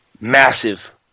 Massive